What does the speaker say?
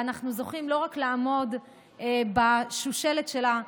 ואנחנו זוכים לא רק לעמוד בשושלת שלה,